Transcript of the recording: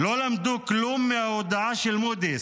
לא למדו כלום מההודעה של מודי'ס,